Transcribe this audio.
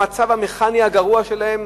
במצב המכני הגרוע שלהם.